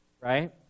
Right